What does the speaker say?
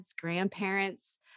grandparents